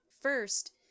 First